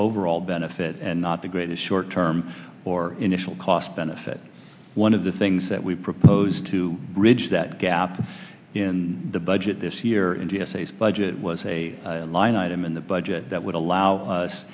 overall benefit and not the greatest short term or initial cost benefit one of the things that we proposed to bridge that gap in the budget this year india face budget was a line item in the budget that would allow us